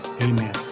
Amen